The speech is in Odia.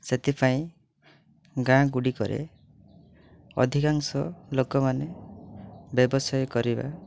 ସେଥିପାଇଁ ଗାଁ ଗୁଡ଼ିକରେ ଅଧିକାଂଶ ଲୋକମାନେ ବ୍ୟବସାୟ କରିବା